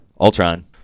Ultron